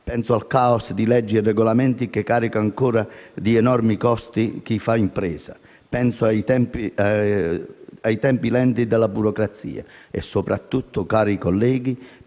Penso al *caos* di leggi e regolamenti che carica ancora di enormi costi chi fa impresa. Penso ai tempi lenti della burocrazia. E soprattutto, cari colleghi,